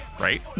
Right